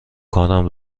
کارم